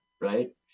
right